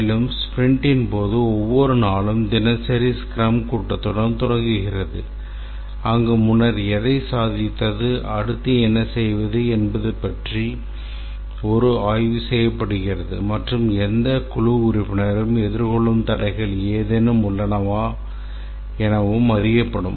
மேலும் ஸ்பிரிண்ட்டின் போது ஒவ்வொரு நாளும் தினசரி ஸ்க்ரம் கூட்டத்துடன் தொடங்குகிறது அங்கு முன்னர் எதைச் சாதித்தது அடுத்து என்ன செய்வது என்பது பற்றி ஒரு ஆய்வு செய்யப்படுகிறது மற்றும் எந்த குழு உறுப்பினரும் எதிர்கொள்ளும் தடைகள் ஏதேனும் உள்ளனவா என அறியப்படும்